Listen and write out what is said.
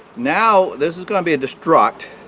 now this is going to be a destruct,